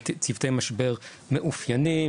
צוותי משבר מאופיינים,